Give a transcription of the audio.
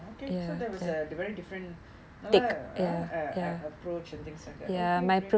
oh okay so that was a very different நல்ல:nalla approach and things like that ah